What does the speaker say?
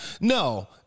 No